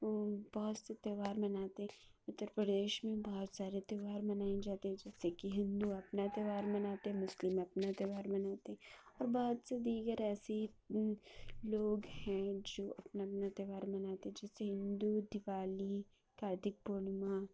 بہت سے تہوار مناتے ہیں اتر پردیش میں بہت سارے تہوار منائے جاتے ہیں جیسے کہ ہندو اپنا تہوار مناتے ہیں مسلم اپنا تہوار مناتے ہیں اور بہت سے دیگر ایسی لوگ ہیں جو اپنا اپنا تہوار مناتے ہیں جیسے ہندو دیوالی کارتک پورنیما